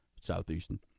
Southeastern